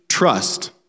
trust